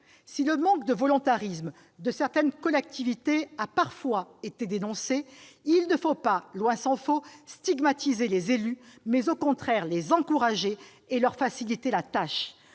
Si le manque de volontarisme de certaines d'entre elles a parfois été dénoncé, il ne faut pas, tant s'en faut, stigmatiser les élus, mais il importe au contraire de les encourager et de leur faciliter la tâche.